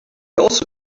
also